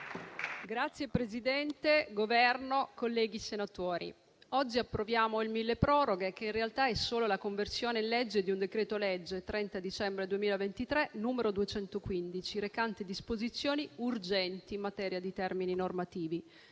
rappresentante del Governo, colleghi senatori, oggi approviamo il provvedimento milleproroghe, che in realtà è solo la conversione in legge del decreto-legge 30 dicembre 2023, n. 215, recante disposizioni urgenti in materia di termini normativi.